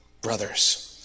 Brothers